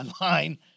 online